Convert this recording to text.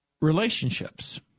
relationships